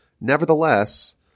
Nevertheless